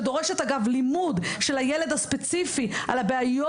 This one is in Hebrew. בהסעה שדורשת אגב לימוד של הילד הספציפי על הבעיות